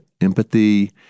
empathy